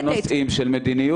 אבל אלה נושאים של מדיניות,